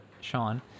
Sean